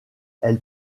elle